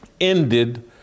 ended